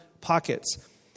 pockets